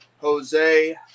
Jose